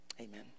Amen